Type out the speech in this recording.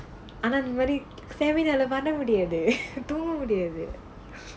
ஆனா அந்த மாரி:aanaa antha maari seminar leh தூங்க முடியாது:thoongga mudiyaathu